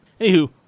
anywho